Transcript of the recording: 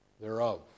thereof